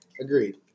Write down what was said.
agreed